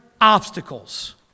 obstacles